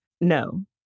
no